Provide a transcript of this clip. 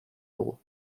dugu